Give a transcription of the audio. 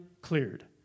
cleared